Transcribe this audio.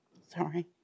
sorry